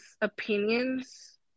opinions